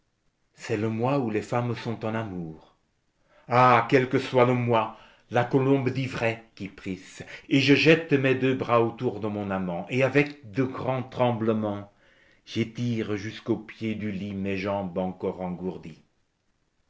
c'est le mois où les femmes sont en amour ah quel que soit le mois la colombe dit vrai kypris et je jette mes deux bras autour de mon amant et avec de grands tremblements j'étire jusqu'au pied du lit mes jambes encore engourdies